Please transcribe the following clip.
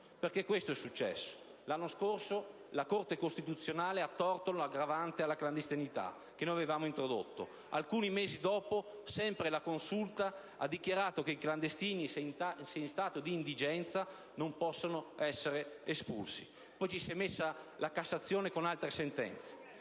Questo, infatti, è successo. L'anno scorso, la Corte costituzionale ha tolto l'aggravante al reato di clandestinità, che noi avevamo introdotto. Alcuni mesi dopo, sempre la Consulta, ha dichiarato che i clandestini, se in stato di indigenza, non possono essere espulsi. Poi, la Cassazione è intervenuta con altre sentenze.